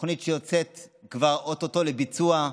תוכנית שיוצאת כבר או-טו-טו לביצוע,